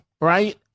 right